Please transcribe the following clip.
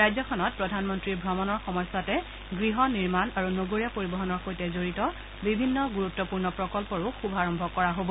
ৰাজ্যখনত প্ৰধানমন্ত্ৰীৰ ভ্ৰমণৰ সময়ছোৱাতে গৃহ নিৰ্মাণ আৰু নগৰীয়া পৰিবহনৰ সৈতে জড়িত বিভিন্ন গুৰুত্বপূৰ্ণ প্ৰকল্পৰো শুভাৰম্ভ কৰা হব